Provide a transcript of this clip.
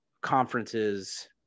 conferences